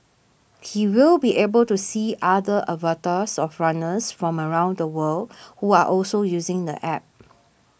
he will be able to see other avatars of runners from around the world who are also using the App